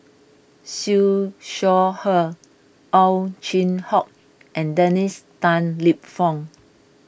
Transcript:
Siew Shaw Her Ow Chin Hock and Dennis Tan Lip Fong